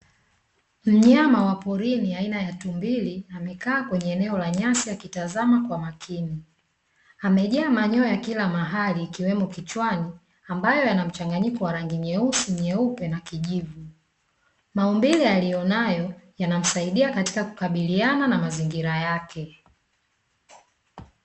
Mnyama wa porini aina ya tumbili, amekaa kwenye eneo la nyasi akitazama kwa makini, amejaa manyoya kila mahali ikiwemo kichwani, ambayo yana mchanganyiko wa rangi nyeusi, nyeupe na kijivu, maumbile aliyonayo yanamsaidia katika kukabiliana na mazingira yake.